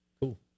Cool